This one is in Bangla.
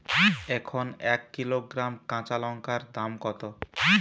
এখন এক কিলোগ্রাম কাঁচা লঙ্কার দাম কত?